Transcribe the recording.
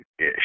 ish